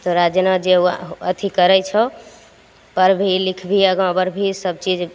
तोरा जेना जे अथी करय छौ पढ़ भी लिख भी आगा बढ़ भी सभचीज